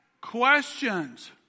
questions